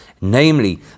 namely